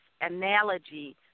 analogy